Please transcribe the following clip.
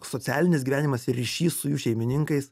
socialinis gyvenimas ir ryšys su jų šeimininkais